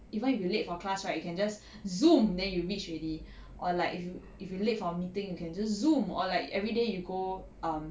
even if you late for class right you can just zoom then you reach already or like if you if you late for meeting you can just zoom or like everyday you go um